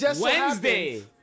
Wednesday